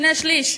שני-שלישים,